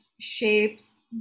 shapes